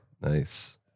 Nice